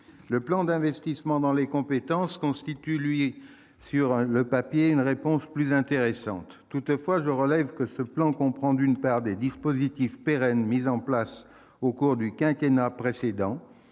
Le plan d'investissement dans les compétences constitue, lui, sur le papier, une réponse plus intéressante. Toutefois, je relève que ce plan comprend, d'une part, des dispositifs pérennes mis en place au cours du quinquennat précédent,